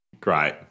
Great